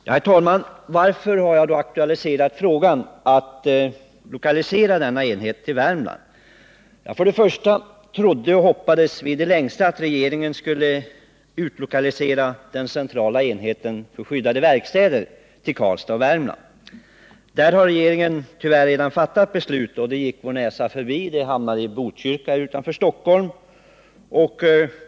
Herr talman! Varför har jag då aktualiserat frågan om att lokalisera denna enhet till Värmland? Jo, först och främst trodde och hoppades vi i det längsta att regeringen skulle utlokalisera den centrala enheten för skyddade verkstäder till Karlstad i Värmland. Regeringen har emellertid, tyvärr, redan fattat ett beslut. Enheten gick vår näsa förbi och hamnade i Botkyrka utanför Stockholm.